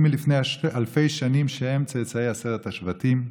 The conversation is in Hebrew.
מלפני אלפי שנים שהם צאצאי עשרת השבטים.